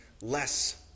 less